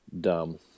dumb